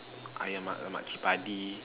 ayam lemak lemak chili padi